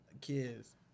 kids